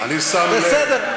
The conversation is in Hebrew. בסדר,